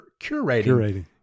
Curating